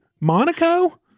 Monaco